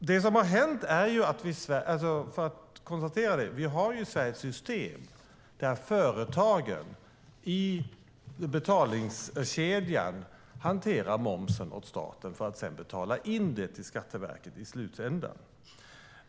I Sverige har vi ett system där företagen i betalningskedjan hanterar momsen åt staten för att sedan betala in den till Skatteverket i slutändan.